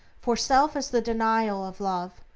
for self is the denial of love,